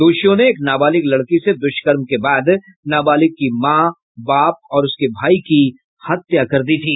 दोषियों ने एक नाबालिग लड़की से दुष्कर्म के बाद नाबालिग की मां बाप और उसके भाई की हत्या कर दी थी